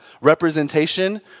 representation